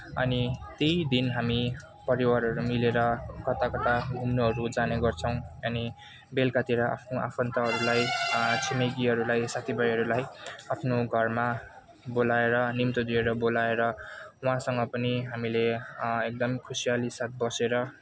अनि त्यही दिन हामी परिवारहरू मिलेर कता कता घुम्नुहरू जाने गर्छौँ अनि बेलकातिर आफ्नो आफन्तहरूलाई छिमेकीहरूलाई साथीभाइहरूलाई आफ्नो घरमा बोलाएर निम्तो दिएर बोलाएर उहाँसँग पनि हामीले एकदम खुसियाली साथ बसेर